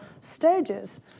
stages